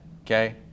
Okay